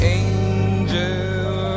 angel